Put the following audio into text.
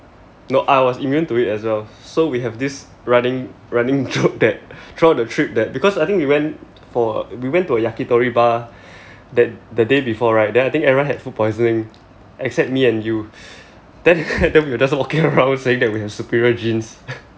no I was immune to it as well so we have this running running joke that throughout the trip that because I think we went for a we went to a yakitori bar the the day before right then I think everyone had food poisoning except me and you then then we were just walking around saying that we had superior genes